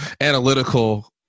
analytical